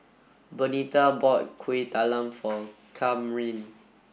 Benita bought Kuih Talam for Camryn